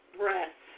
breath